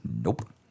Nope